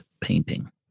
painting